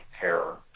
terror